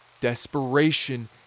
Desperation